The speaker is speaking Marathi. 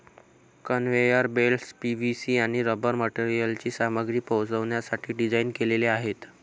कन्व्हेयर बेल्ट्स पी.व्ही.सी आणि रबर मटेरियलची सामग्री पोहोचवण्यासाठी डिझाइन केलेले आहेत